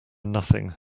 nothing